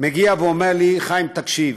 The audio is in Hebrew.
מגיע ואומר לי: חיים, תקשיב,